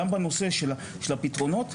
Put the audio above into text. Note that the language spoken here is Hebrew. גם בנושא של הפתרון,